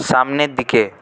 সামনের দিকে